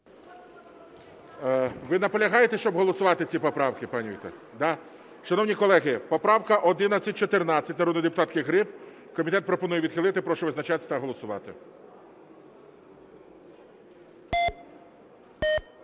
Ви наполягаєте, щоб голосувати ці поправки, пані Вікторіє? Да. Шановні колеги, поправка 1114 народної депутатки Гриб. Комітет пропонує відхилити. Прошу визначатись та голосувати.